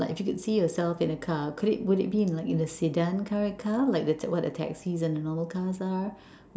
like if you could see yourself in a car could it would it be in like in a sedan car like the what the taxis and the normal cars are